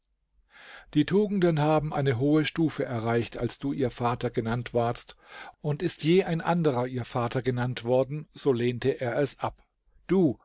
die tugenden haben eine hohe stufe erreicht als du ihr vater genannt wardst und ist je ein anderer ihr vater genannt worden so lehnte er es ab du